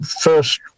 first